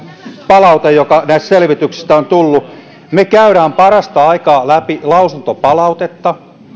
palaute joka näistä selvityksistä on tullut jakautuu me käymme parasta aikaa läpi lausuntopalautetta